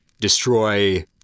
destroy